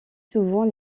souvent